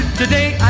today